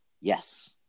Yes